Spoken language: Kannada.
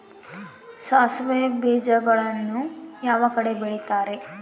ಸಾಸಿವೆ ಬೇಜಗಳನ್ನ ಯಾವ ಕಡೆ ಬೆಳಿತಾರೆ?